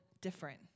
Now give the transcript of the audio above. different